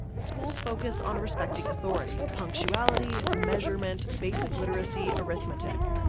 schools focus on respecting authority, punctuality, measurement, basic literacy, arithmetic.